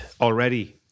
already